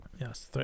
Yes